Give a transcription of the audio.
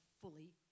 fully